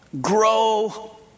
grow